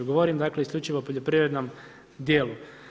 Govorim dakle, isključivo o poljoprivrednom dijelu.